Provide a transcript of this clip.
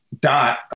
Dot